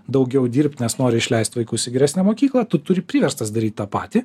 daugiau dirbt nes nori išleist vaikus į geresnę mokyklą tu turi priverstas daryt tą patį